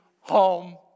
home